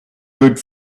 good